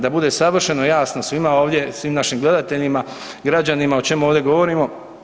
Da bude savršeno jasno svima ovdje, svim našim gledateljima, građanima o čemu ovdje govorimo.